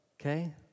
okay